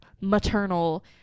maternal